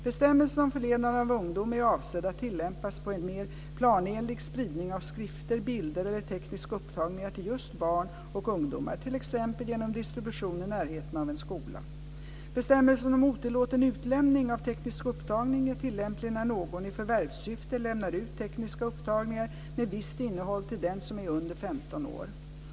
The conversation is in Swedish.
Bestämmelsen om förledande av ungdom är avsedd att tillämpas på en mer planenlig spridning av skrifter, bilder eller tekniska upptagningar till just barn och ungdom, t.ex. genom distribution i närheten av en skola. Bestämmelsen om otillåten utlämning av teknisk upptagning är tillämplig när någon i förvärvssyfte lämnar ut tekniska upptagningar med visst innehåll till den som är under 15 år.